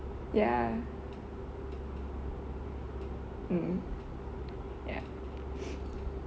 ya mm ya